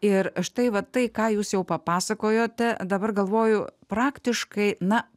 ir štai vat tai ką jūs jau papasakojote dabar galvoju praktiškai na